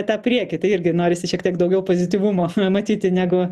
tą priekį tai irgi norisi šiek tiek daugiau pozityvumo matyti negu